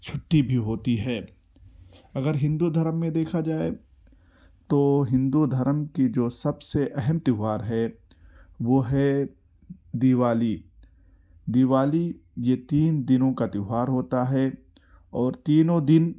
چھٹّی بھی ہوتی ہے اگر ہندو دھرم میں دیکھا جائے تو ہندو دھرم کی جو سب سے اہم تہوار ہے وہ ہے دیوالی دیوالی یہ تین دنوں کا تہوار ہوتا ہے اور تینوں دن